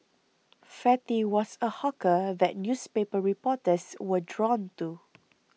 fatty was a hawker that newspaper reporters were drawn to